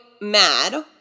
mad